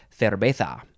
cerveza